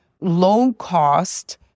low-cost